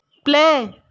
play